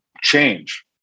change